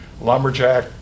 lumberjack